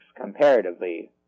comparatively